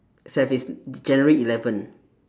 seven january eleven